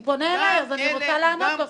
הוא פונה אליי, ואני רוצה לענות לו.